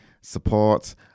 support